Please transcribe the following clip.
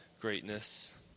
greatness